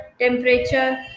temperature